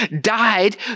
died